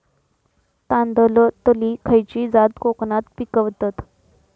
तांदलतली खयची जात कोकणात पिकवतत?